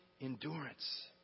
endurance